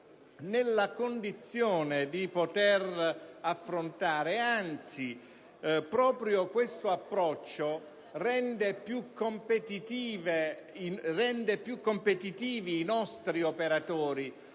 nella condizione di impiegare. Anzi, proprio questo approccio rende più competitivi i nostri operatori,